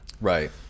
right